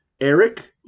Eric